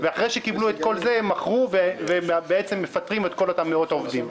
ואחרי שקיבלו את כל זה הם מכרו והם בעצם מפטרים את כל אותם מאות עובדים.